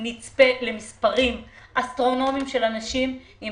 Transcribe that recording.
נצפה למספרים אסטרונומיים של אנשים עם